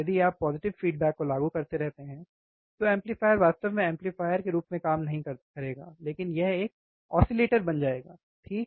यदि आप positive feedback को लागू करते रहते हैं तो एम्पलीफायर वास्तव में एम्पलीफायर के रूप में काम नहीं करेगा लेकिन यह एक ओसिलेटर होगा ठीक है